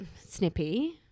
snippy